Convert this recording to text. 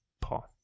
Paul